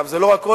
זה לא רק עול,